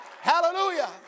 Hallelujah